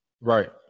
right